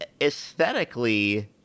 aesthetically –